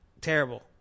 Terrible